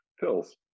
pills